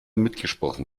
mitgesprochen